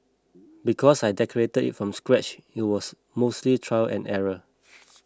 because I decorated it from scratch it was mostly trial and error